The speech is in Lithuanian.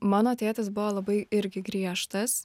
mano tėtis buvo labai irgi griežtas